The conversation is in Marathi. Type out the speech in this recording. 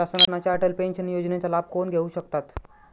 शासनाच्या अटल पेन्शन योजनेचा लाभ कोण घेऊ शकतात?